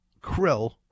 krill